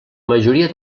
majoria